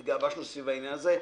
התגבשנו סביב העניין הזה.